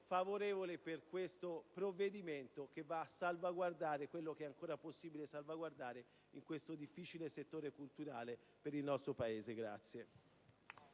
favorevole sul provvedimento in esame, che va a salvaguardare quello che è ancora possibile salvaguardare in questo difficile settore culturale per il nostro Paese.